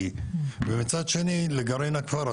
C ומצד שני לגרעין הכפר,